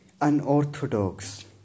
unorthodox